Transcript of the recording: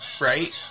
Right